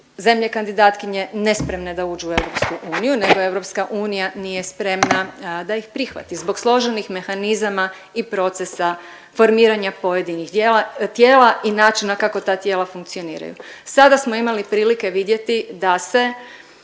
zemlje kandidatkinje nespremne da uđu u EU nego EU nije spremna da ih prihvati zbog složenih mehanizama i procesa formiranja pojedinih tijela i načina kako ta tijela funkcioniraju. Sada smo imali prilike vidjeti da se